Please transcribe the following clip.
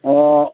ꯑꯣ